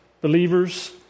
believers